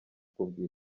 muri